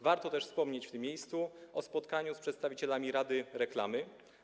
Warto też wspomnieć w tym miejscu o spotkaniu z przedstawicielami Rady Reklamy.